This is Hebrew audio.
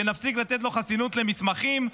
שנפסיק לתת לו חסינות למסמכים,